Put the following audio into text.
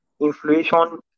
inflation